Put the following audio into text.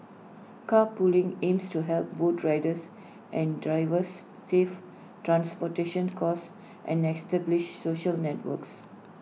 carpooling aims to help both riders and drivers save transportation costs and establish social networks